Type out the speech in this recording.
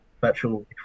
virtual